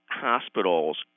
hospitals